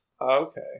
Okay